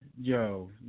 Yo